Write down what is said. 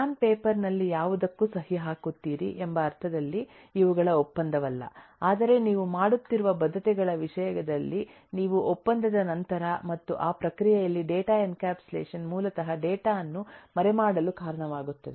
stamp paper ನಲ್ಲಿ ಯಾವುದಕ್ಕೂ ಸಹಿ ಹಾಕುತ್ತೀರಿ ಎಂಬ ಅರ್ಥದಲ್ಲಿ ಇವುಗಳ ಒಪ್ಪಂದವಲ್ಲ ಆದರೆ ನೀವು ಮಾಡುತ್ತಿರುವ ಬದ್ಧತೆಗಳ ವಿಷಯದಲ್ಲಿ ಇವು ಒಪ್ಪಂದದ ನಂತರ ಮತ್ತು ಆ ಪ್ರಕ್ರಿಯೆಯಲ್ಲಿ ಡೇಟಾ ಎನ್ಕ್ಯಾಪ್ಸುಲೇಷನ್ ಮೂಲತಃ ಡೇಟಾ ಅನ್ನು ಮರೆಮಾಡಲು ಕಾರಣವಾಗುತ್ತದೆ